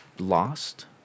Lost